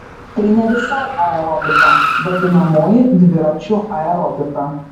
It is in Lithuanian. tai ne visai aerobika vadinamoji dviračių aerobika